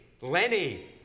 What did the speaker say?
Lenny